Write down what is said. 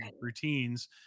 routines